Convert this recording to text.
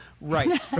Right